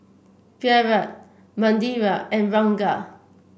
Virat Manindra and Ranga